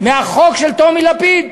מהחוק של טומי לפיד.